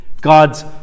God's